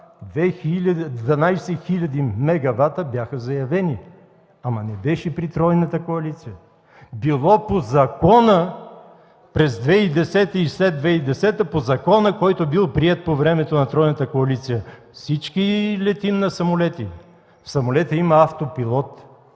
12 хил. мегавата бяха заявени, но не беше при тройната коалиция. Било през 2010 и след 2010 г. по закона, който бил приет по времето на тройната коалиция. Всички летим на самолети. Самолетът има автопилот,